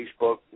Facebook